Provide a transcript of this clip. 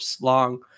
long